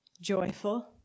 joyful